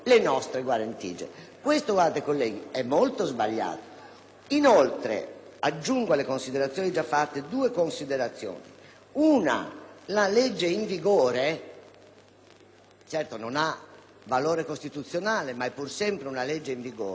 Inoltre, aggiungo alle considerazioni già fatte altre due. *In primis*, la legge in vigore - che non ha certo valore costituzionale, ma è pur sempre una legge in vigore - prevede che, se venisse eletto un direttore di giornale,